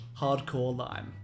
hardcorelime